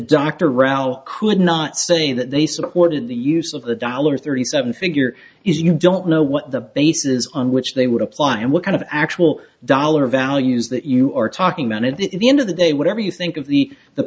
rao could not say that they supported the use of the dollar thirty seven figure is you don't know what the basis on which they would apply and what kind of actual dollar values that you are talking about it in the end of the day whatever you think of the the